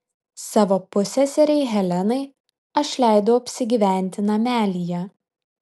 savo pusseserei helenai aš leidau apsigyventi namelyje